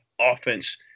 offense